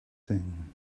thing